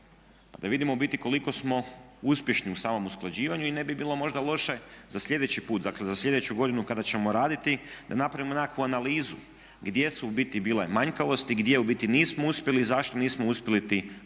u biti koliko smo uspješni u samom usklađivanju. I ne bi bilo možda loše za sljedeći put, dakle za sljedeću godinu kada ćemo raditi da napravimo nekakvu analizu gdje su u biti bile manjkavosti, gdje u biti nismo uspjeli i zašto nismo uspjeli. Planovi